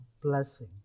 blessing